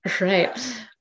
right